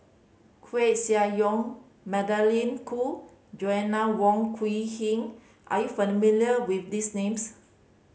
Koeh Sia Yong Magdalene Khoo Joanna Wong Quee Heng are you familiar with these names